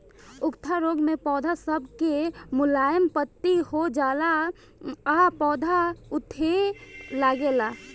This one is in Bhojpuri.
उकठा रोग मे पौध सब के मुलायम पत्ती हो जाला आ पौधा उकठे लागेला